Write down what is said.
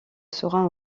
sera